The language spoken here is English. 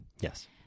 Yes